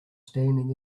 standing